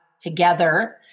together